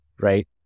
right